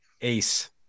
ace